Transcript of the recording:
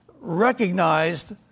recognized